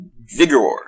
vigor